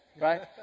Right